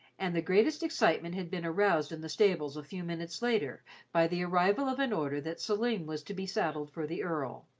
and the greatest excitement had been aroused in the stables a few minutes later by the arrival of an order that selim was to be saddled for the earl.